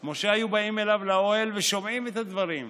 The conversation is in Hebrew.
משה, היו באים אליו לאוהל ושומעים את הדברים,